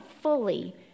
fully